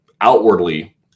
outwardly